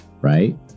right